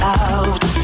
out